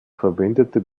verwendete